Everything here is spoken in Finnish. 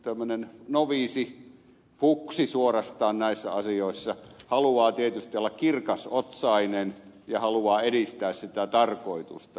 tämmöinen noviisi fuksi suorastaan näissä asioissa haluaa tietysti olla kirkasotsainen ja haluaa edistää sitä tarkoitusta